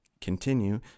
continue